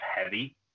heavy